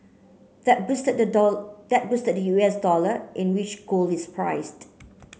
that boosted the that boosted the U S dollar in which gold is priced